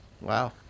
Wow